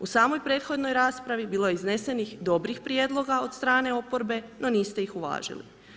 U samoj prethodnoj raspravi bilo je iznesenih dobrih prijedloga od strane oporbe no niste ih uvažili.